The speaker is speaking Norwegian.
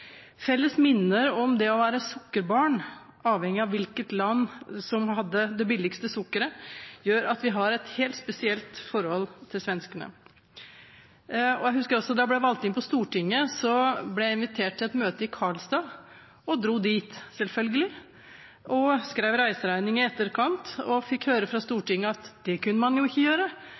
Felles minner om å være «sukkerbarn», avhengig av hvilket land som hadde det billigste sukkeret, gjør at vi har et helt spesielt forhold til svenskene. Jeg husker også at da jeg ble valgt inn på Stortinget, ble jeg invitert til et møte i Karlstad og dro selvfølgelig dit. Jeg skrev reiseregning i etterkant og fikk høre fra Stortinget at det kunne man jo ikke gjøre,